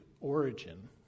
origin